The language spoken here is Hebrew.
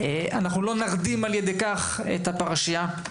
אין סיבה שעולה יחכה חצי שנה.